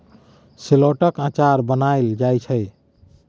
शेलौटक अचार बनाएल जाइ छै